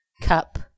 Cup